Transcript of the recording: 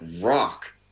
rock